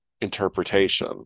interpretation